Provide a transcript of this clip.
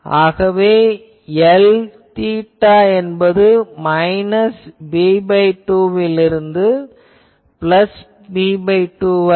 ஆகவே Lθ என்பது b2 விலிருந்து b2 வரை